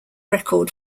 record